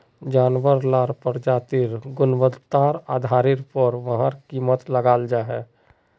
जानवार लार प्रजातिर गुन्वात्तार आधारेर पोर वहार कीमत लगाल जाहा